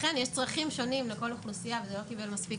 ואכן יש צרכים שונים לכל אוכלוסייה וזה לא קיבל מספיק